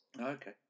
Okay